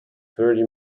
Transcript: thirty